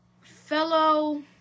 fellow